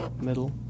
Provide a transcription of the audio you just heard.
middle